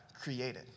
created